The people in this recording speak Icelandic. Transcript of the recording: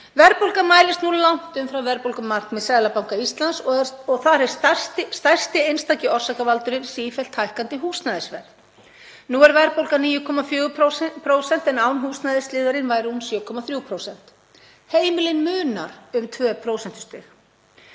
verðbólga nú langt umfram verðbólgumarkmið Seðlabanka Íslands og þar er stærsti einstaki orsakavaldurinn sífellt hækkandi húsnæðisverð. Nú er verðbólgan 9,4% en án húsnæðisliðarins væri hún 7,3%. Heimilin munar um 2